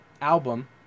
album